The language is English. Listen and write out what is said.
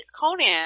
Conan